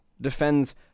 defends